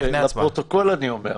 לפרוטוקול אני אומר,